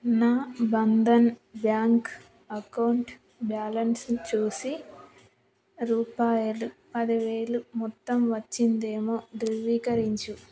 నా Bandhan bank account బ్యాలన్స్ను చూసి రూపాయలు పది వేలు మొత్తం వచ్చిందేమో ధృవీకరించు